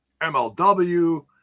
MLW